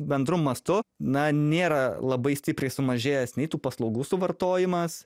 bendru mastu na nėra labai stipriai sumažėjęs nei tų paslaugų suvartojimas